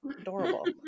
Adorable